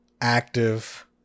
active